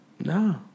No